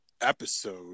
Episode